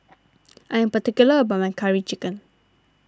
I am particular about my Curry Chicken